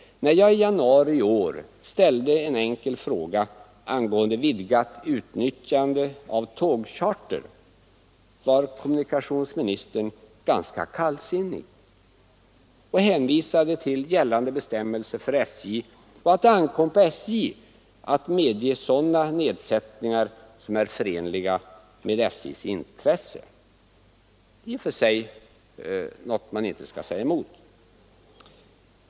När jag i januari i år ställde en enkel fråga angående vidgat utnyttjande av tågcharter var kommunikationsministern ganska kallsinnig. Han hänvisade till gällande bestämmelser för SJ och till att det ankom på SJ att medge sådana nedsättningar som är förenliga med SJ:s intresse. Det är i och för sig något som man inte kan invända emot.